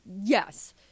Yes